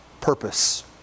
purpose